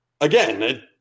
again